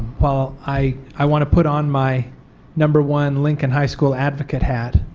while i i want to put on my number one lincoln high school advocate hat,